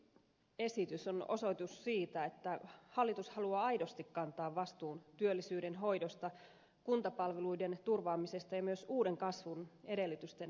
budjettiesitys on osoitus siitä että hallitus haluaa aidosti kantaa vastuun työllisyyden hoidosta kuntapalveluiden turvaamisesta ja myös uuden kasvun edellytysten luomisesta